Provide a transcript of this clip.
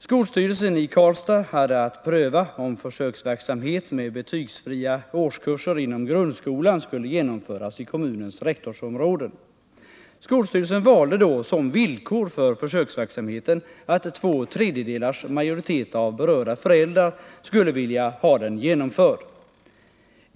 Skolstyrelsen i Karlstad hade att pröva om försöksverksamhet med betygsfria årskurser inom grundskolan skulle genomföras i kommunens rektorsområden. Skolstyrelsen valde då som villkor för försöksverksamheten att två tredjedelars majoritet av berörda föräldrar skulle vilja ha den genomförd.